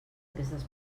aquestes